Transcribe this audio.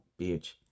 bitch